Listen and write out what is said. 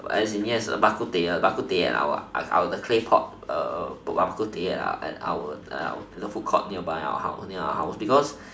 as in yes bak-kut-teh bak-kut-teh the claypot bak-kut-teh at our food court nearby our house because